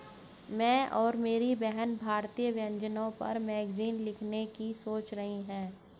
मैं और मेरी बहन भारतीय व्यंजनों पर मैगजीन लिखने की सोच रही है